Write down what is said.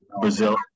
Brazil